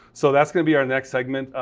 so that's going to be our next segment.